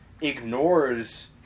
ignores